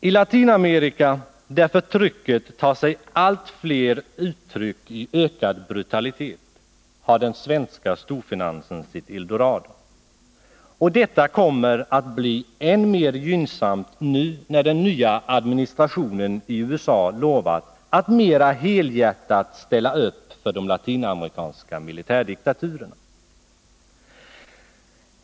I Latinamerika, där förtrycket får allt fler yttringar i form av ökad brutalitet, har den svenska storfinansen sitt eldorado. Detta kommer att bli än mer gynnsamt nu när den nya administrationen i USA lovat att mera helhjärtat ställa upp för de latinamerikanska militärdiktaturerna.